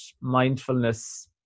mindfulness